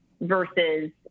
versus